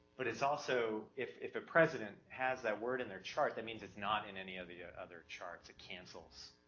but it's also, if, if the ah president has that word in their chart, that means it's not in any of the other charts, it cancels,